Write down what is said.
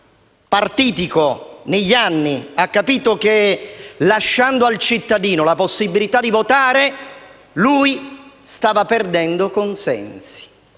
partitico negli anni ha capito che, lasciando al cittadino la possibilità di votare, stava perdendo consensi.